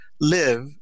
live